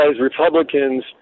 Republicans